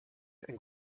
and